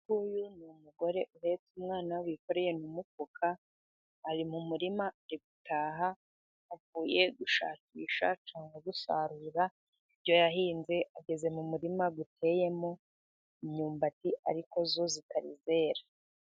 Uyu ni umugore uhetse umwana, wikoreye n'umufuka, ari mu murima ari gutaha, avuye gushakisha cyangwa gusarura ibyo yahinze, ageze mu murima uteyemo imyumbati, ariko zo zitarizera.